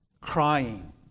crying